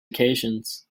occasions